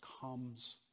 comes